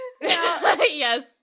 Yes